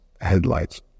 headlights